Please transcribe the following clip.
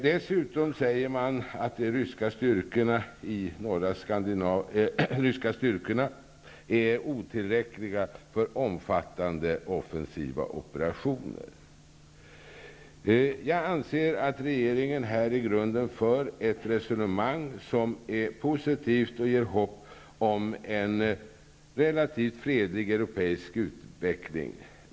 Dessutom säger man att de ryska styrkorna är otillräckliga för omfattande offensiva operationer. Jag anser att regeringen här i grunden för ett resonemang som är positivt och ger hopp om en relativt fredlig europeisk utveckling.